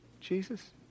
Jesus